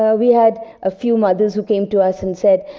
ah we had a few mothers who came to us and said,